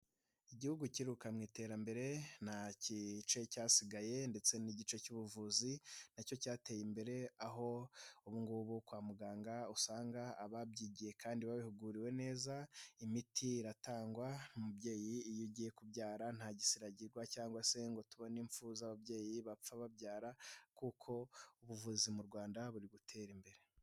Igihugu kiruka mu iterambere nta gice cyasigaye ndetse n'igice cy'ubuvuzi nacyo cyateye imbere, aho ubungubu kwa muganga uhasanga ababyigiye kandi babihuguriwe neza, imiti iratangwa umubyeyi iyo agiye kubyara ntagisiragizwa cyangwa se ngo tubone impfu z'ababyeyi bapfa babyara kuko ubuvuzi mu Rwanda buri gutera imbere.